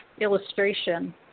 illustration